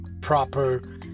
proper